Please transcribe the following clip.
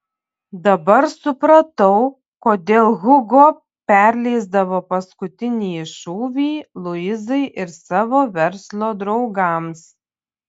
dabar supratau kodėl hugo perleisdavo paskutinį šūvį luizai ir savo verslo draugams